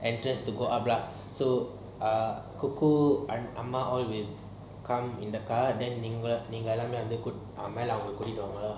entrance to go up lah so ah coco and அம்மா:amma all they come in a car then they nengalam nenga ellam neenga mella kutitu vanthudunga